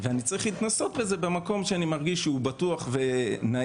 ואני צריך להתנסות בזה במקום שאני מרגיש שהוא בטוח ונעים.